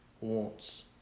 wants